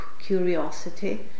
curiosity